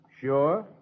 Sure